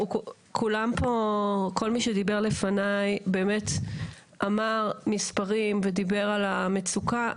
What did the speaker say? כל מי שדיבר לפניי באמת אמר מספרים ודיבר על המצוקה.